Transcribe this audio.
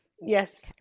Yes